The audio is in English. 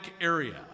area